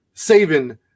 Saving